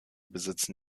besitzen